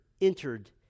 entered